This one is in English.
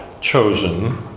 chosen